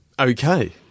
Okay